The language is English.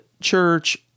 church